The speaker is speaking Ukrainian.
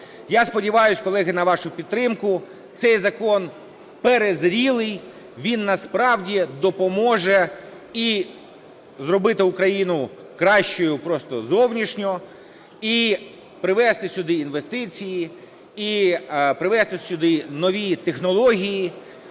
Я сподіваюся, колеги, на вашу підтримку. Цей закон перезрілий, він насправді допоможе і зробити Україну кращою просто зовнішньо, і привести сюди інвестиції, і привести сюди нові технології,